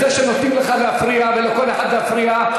זה שנותנים לך להפריע ולכל אחד להפריע,